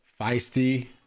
feisty